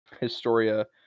Historia